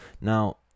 Now